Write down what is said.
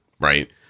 Right